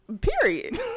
Period